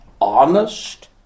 honest